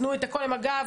תנו את הכול למג"ב,